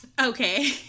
okay